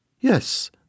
Yes